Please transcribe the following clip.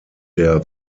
der